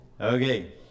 Okay